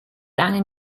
angen